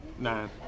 Nine